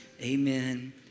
amen